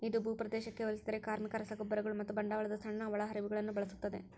ಇದು ಭೂಪ್ರದೇಶಕ್ಕೆ ಹೋಲಿಸಿದರೆ ಕಾರ್ಮಿಕ, ರಸಗೊಬ್ಬರಗಳು ಮತ್ತು ಬಂಡವಾಳದ ಸಣ್ಣ ಒಳಹರಿವುಗಳನ್ನು ಬಳಸುತ್ತದೆ